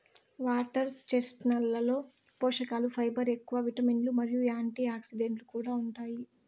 water చెస్ట్నట్లలో పోషకలు fibre ఎక్కువ, విటమిన్లు మరియు యాంటీఆక్సిడెంట్లు కూడా ఉంటాయి